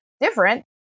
different